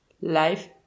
life